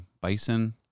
bison